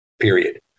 period